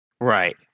Right